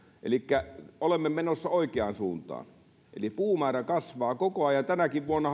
elikkä olemme menossa oikeaan suuntaan puumäärä kasvaa koko ajan tänäkin vuonna